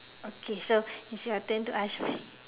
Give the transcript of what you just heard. okay so it's your turn to ask